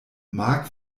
mark